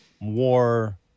war